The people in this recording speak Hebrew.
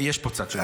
יש פה צד לא רוצה.